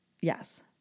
yes